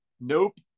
nope